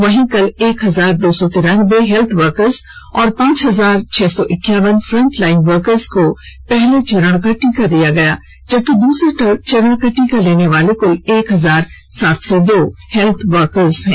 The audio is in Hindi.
वहीं कल एक हजार दो सौ तिरान्बे हेल्थवर्कर्स और पांच हजार छह सौ इक्यावन फ्रंटलाइन वर्कर्स को पहले चरण का टीका दिया गया जबकि दूसरे चरण का टीका लेने वाले कुल एक हजार सात सौ दो हेल्थवर्कर्स हैं